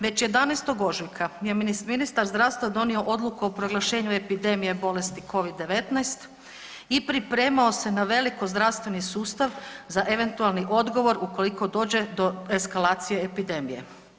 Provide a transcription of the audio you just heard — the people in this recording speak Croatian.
Već 11. ožujka je ministar zdravstva donio Odluku o proglašenju epidemije bolesti Covid-19 i pripremao se na veliko zdravstveni sustav za eventualni odgovor ukoliko dođe do eskalacije epidemije.